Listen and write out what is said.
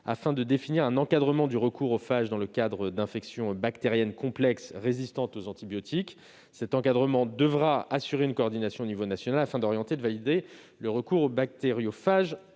de définir un encadrement du recours aux phages dans le cadre d'infections bactériennes complexes résistant aux antibiotiques. Cet encadrement devra assurer une coordination à l'échelon national afin d'orienter et de valider le recours aux bactériophages